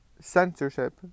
censorship